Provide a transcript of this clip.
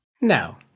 No